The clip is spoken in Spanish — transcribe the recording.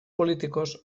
políticos